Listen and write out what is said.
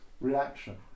reaction